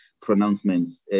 pronouncements